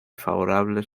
favorable